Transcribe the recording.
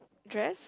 dress